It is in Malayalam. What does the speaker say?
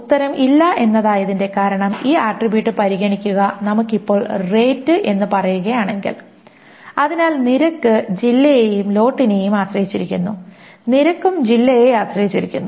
ഉത്തരം ഇല്ല എന്നായതിന്റെ കാരണം ഈ ആട്രിബ്യൂട്ട് പരിഗണിക്കുക നമുക്ക് ഇപ്പോൾ റേറ്റ് എന്ന് പറയുകയാണെങ്കിൽ അതിനാൽ നിരക്ക് ജില്ലയെയും ലോട്ടിനെയും ആശ്രയിച്ചിരിക്കുന്നു നിരക്കും ജില്ലയെ ആശ്രയിച്ചിരിക്കുന്നു